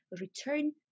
return